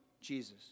Jesus